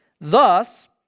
Thus